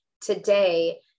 today